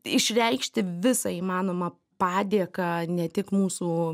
išreikšti visą įmanomą padėką ne tik mūsų